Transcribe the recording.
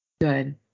Good